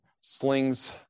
slings